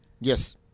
Yes